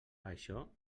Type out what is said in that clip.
això